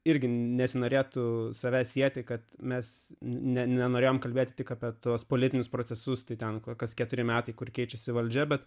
irgi nesinorėtų save sieti kad mes nenorėjome kalbėti tik apie tuos politinius procesus tai tenka kas keturi metai kur keičiasi valdžia bet